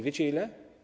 Wiecie ile?